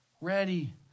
ready